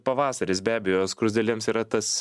pavasaris be abejo skruzdėlėms yra tas